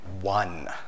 One